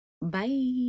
Bye